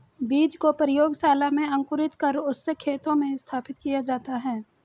बीज को प्रयोगशाला में अंकुरित कर उससे खेतों में स्थापित किया जाता है